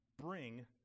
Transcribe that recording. bring